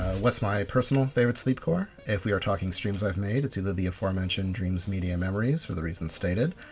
what's my personal favourite sleepcore? if we are talking streams i've made, its either the aforementioned dreams, media and memories for the reasons stated,